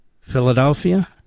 Philadelphia